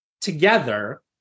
together